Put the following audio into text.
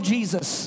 Jesus